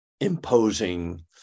imposing